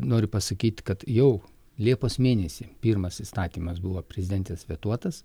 noriu pasakyti kad jau liepos mėnesį pirmas įstatymas buvo prezidentės vetuotas